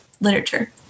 literature